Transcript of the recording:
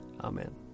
Amen